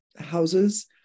houses